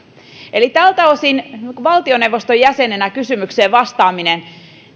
eli tältä osin valtioneuvoston jäsenenä kysymykseen vastaaminen